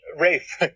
Rafe